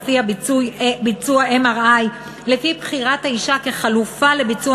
שלפיה ביצוע MRI לפי בחירת האישה כחלופה לביצוע